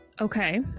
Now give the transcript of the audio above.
okay